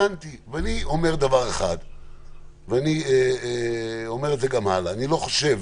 אני לא חושב